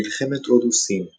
מלחמת הודו-סין